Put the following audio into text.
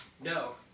no